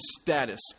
status